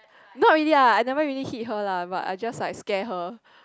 not really lah I never really hit her lah but I just like scare her